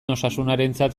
osasunarentzat